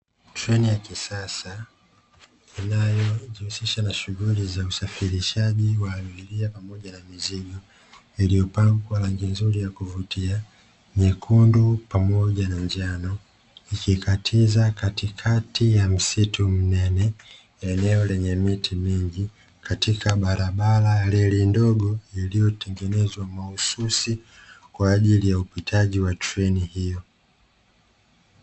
Treni ya kisasa inayojiusisha na shhuli za usafirishaji wa abiria pamoja na mizigo, iliyopakwa rangi nzuri ya kuvutia nyekundu pamoja na njano, ikikatiza katikati ya msitu mnene eneo lenye miti mingi katika barabara ya reli ndogo iliyotengenezwa mahususi kwaajili ya upitaji wa treni hiyo.